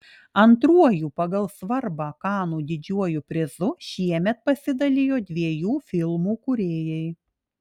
antruoju pagal svarbą kanų didžiuoju prizu šiemet pasidalijo dviejų filmų kūrėjai